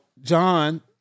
John